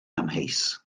amheus